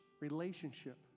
relationship